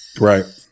Right